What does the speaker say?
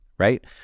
Right